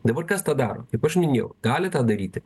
dabar kas tą daro kaip aš minėjau gali tą daryti